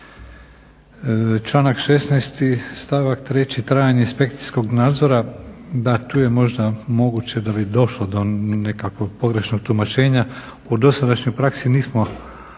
Članak 16.stavak 3.trajanje inspekcijskog nadzora da tu je možda moguće da bi došlo do nekakvog pogrešnog tumačenja. U dosadašnjoj praksi nismo